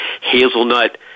hazelnut